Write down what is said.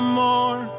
more